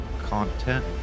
content